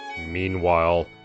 Meanwhile